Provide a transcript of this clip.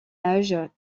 âge